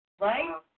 Right